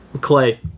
Clay